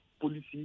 policy